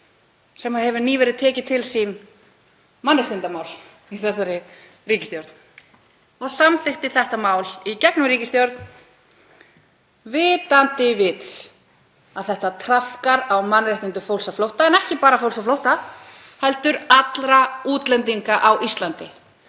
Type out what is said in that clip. sem hefur nýverið tekið til sín mannréttindamál í þeirri ríkisstjórn. Hún samþykkti þetta mál í gegnum ríkisstjórn, vitandi að þetta traðkar á mannréttindum fólks á flótta en ekki bara fólks á flótta heldur allra útlendinga á Íslandi.